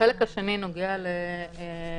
החלק השני נוגע לתקנות